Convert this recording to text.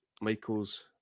Michaels